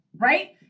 right